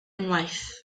unwaith